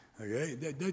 okay